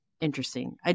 interesting